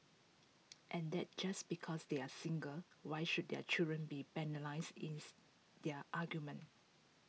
and that just because they are single why should their children be penalised is their argument